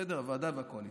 הוועדה והקואליציה.